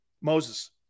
Moses